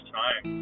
time